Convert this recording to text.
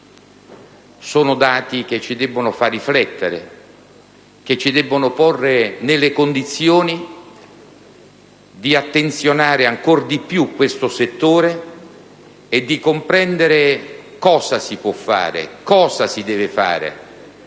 Sono dati che debbono farci riflettere, che debbono porci nelle condizioni di attenzionare ancor di più questo settore, e di comprendere cosa si può e si deve fare